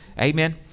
Amen